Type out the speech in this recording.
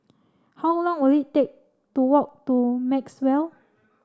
how long will it take to walk to Maxwell